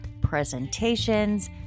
presentations